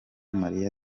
marie